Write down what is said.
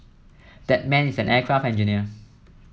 that man is an aircraft engineer